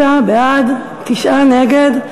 76 בעד, תשעה נגד.